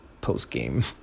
post-game